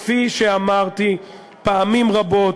כפי שאמרתי פעמים רבות,